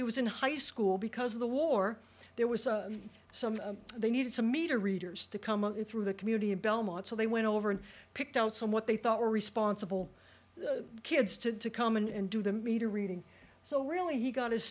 he was in high school because of the war there was some they needed some meter readers to come in through the community in belmont so they went over and picked out some what they thought were responsible kids to come in and do the meter reading so really he got his